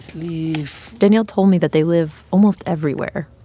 this leaf daniel told me that they live almost everywhere.